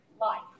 life